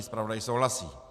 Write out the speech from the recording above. Zpravodaj souhlasí.